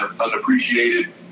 unappreciated